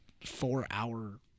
four-hour